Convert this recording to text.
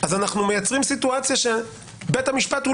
אז אנחנו מייצרים סיטואציה שבית המשפט הוא